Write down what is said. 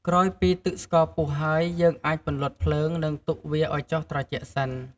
ក្រោយពីទឹកស្ករពុះហើយ យើងអាចពន្លត់ភ្លើង និងទុកវាឱ្យចុះត្រជាក់សិន។